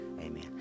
Amen